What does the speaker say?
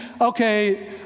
okay